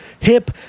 hip